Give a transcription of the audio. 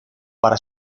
para